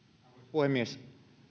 puhemies